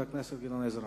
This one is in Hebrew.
חבר הכנסת גדעון עזרא,